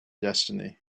destiny